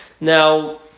Now